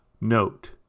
Note